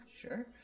sure